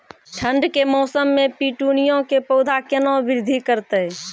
ठंड के मौसम मे पिटूनिया के पौधा केना बृद्धि करतै?